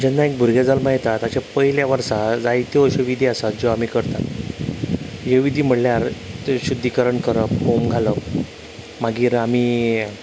जेन्ना एक भुरगें जल्मा येता ताच्या पयल्या वर्सा जायत्यो अश्यो विधी आसात ज्यो आमी करतात ह्यो विधी म्हणल्यार शुद्धीकरण करण करप होम घालप मागीर आमी